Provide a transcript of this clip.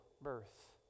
birth